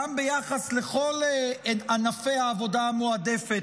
גם ביחס לכל ענפי העבודה המועדפת,